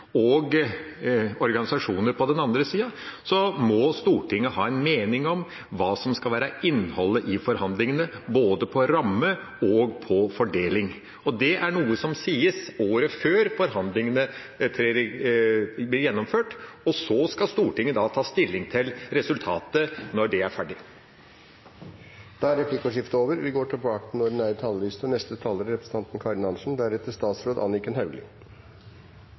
og organisasjoner på den andre sida, må Stortinget ha en mening om hva som skal være innholdet i forhandlingene, både når det gjelder ramme og fordeling. Det er noe som sies året før forhandlingene blir gjennomført. Så skal Stortinget ta stilling til resultatet når det er ferdig. Replikkordskiftet er dermed over. Hovedspørsmålet i dag må være om de reguleringsprinsippene som er lagt til grunn for pensjonsoppgjøret, er